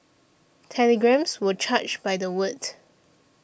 telegrams were charged by the word